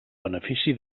benefici